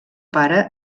pare